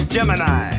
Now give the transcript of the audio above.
Gemini